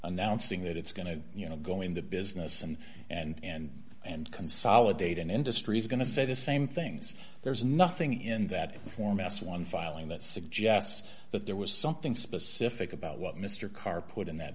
announcing that it's going to you know go into business and and and consolidate in industries going to say the same things there's nothing in that for mass one filing that suggests that there was something specific about what mr carr put in that